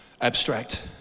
abstract